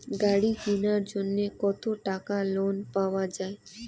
গাড়ি কিনার জন্যে কতো টাকা লোন পাওয়া য়ায়?